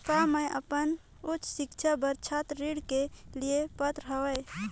का मैं अपन उच्च शिक्षा बर छात्र ऋण के लिए पात्र हंव?